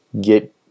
get